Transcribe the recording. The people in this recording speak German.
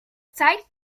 zeigt